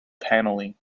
panelling